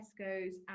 Tesco's